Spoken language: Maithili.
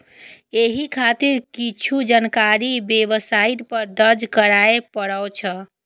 एहि खातिर किछु जानकारी वेबसाइट पर दर्ज करय पड़ै छै